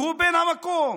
שהוא בן המקום,